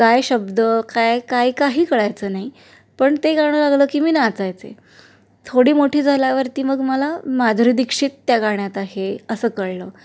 काय शब्द काय काय काही कळायचं नाही पण ते गाणं लागलं की मी नाचायचे थोडी मोठी झाल्यावरती मग मला माधुरी दीक्षित त्या गाण्यात आहे असं कळलं